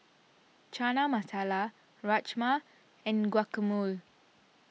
Chana Masala Rajma and Guacamole